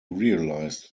realised